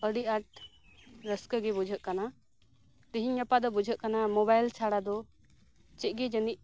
ᱟᱹᱰᱤ ᱟᱸᱴ ᱨᱟᱹᱥᱠᱟᱹ ᱜᱮ ᱵᱩᱡᱷᱟᱹᱜ ᱠᱟᱱᱟ ᱛᱮᱦᱮᱧ ᱜᱟᱯᱟ ᱫᱚ ᱵᱩᱡᱷᱟᱹᱜ ᱠᱟᱱᱟ ᱢᱚᱵᱟᱭᱤᱞ ᱪᱷᱟᱲᱟ ᱫᱚ ᱪᱮᱫ ᱜᱮ ᱡᱟᱹᱱᱤᱡ